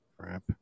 Crap